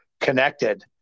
connected